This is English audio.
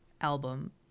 album